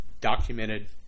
documented